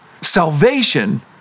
Salvation